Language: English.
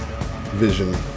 vision